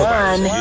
one